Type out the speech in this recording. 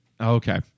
Okay